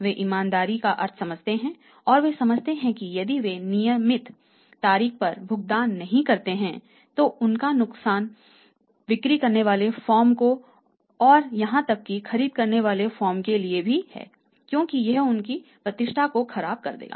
वे ईमानदारी का अर्थ समझते हैं और वे समझते हैं कि यदि वे नियत तारीख पर भुगतान नहीं करते हैं तो यह नुकसान पहुंचाएगा बिक्री करने वाली फर्म को और यहां तक कि खरीद करने वाली फर्म के लिए भी क्योंकि यह उनकी प्रतिष्ठा को खराब कर देगा